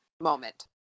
moment